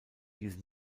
diese